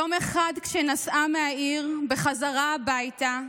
יום אחד, כשנסעה מהעיר בחזרה הביתה,